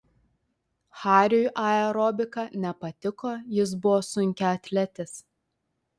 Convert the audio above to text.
hariui aerobika nepatiko jis buvo sunkiaatletis